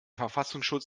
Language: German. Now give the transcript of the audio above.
verfassungsschutz